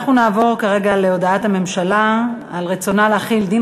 אנחנו נעבור כרגע להודעת הממשלה על רצונה להחיל דין